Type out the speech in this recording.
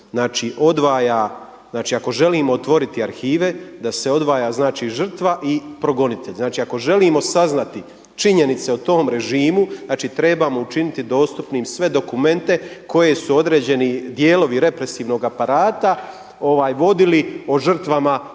znači ako želimo otvoriti arhive da se odvaja znači žrtva i progonitelj. Znači ako želimo saznati činjenice o tom režimu znači trebamo učiniti dostupnim sve dokumente koji su određeni dijelovi represivnog aparata vodili o žrtvama tog režima.